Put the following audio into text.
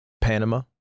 Panama